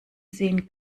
sehen